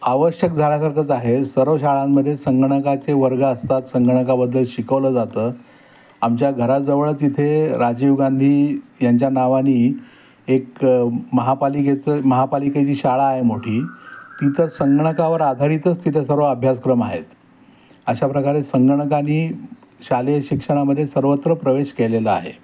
आवश्यक झाल्यासारखंच आहे सर्व शाळांमध्ये संगणकाचे वर्ग असतात संगणकाबद्दल शिकवलं जातं आमच्या घराजवळच इथे राजीव गांधी यांच्या नावाने एक महापालिकेचं महापालिकेची शाळा आहे मोठी तिथं संगणकावर आधारितच तिथे सर्व अभ्यासक्रम आहेत अशा प्रकारे संगणकानी शालेय शिक्षणामध्ये सर्वत्र प्रवेश केलेला आहे